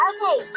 Okay